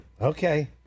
Okay